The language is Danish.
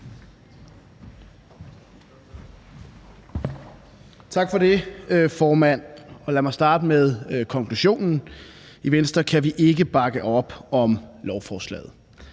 Tak for det, formand. Lad mig starte med konklusionen. I Venstre kan vi ikke bakke op om lovforslaget.